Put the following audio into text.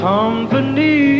Company